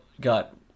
got